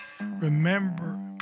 remember